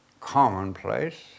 commonplace